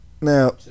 Now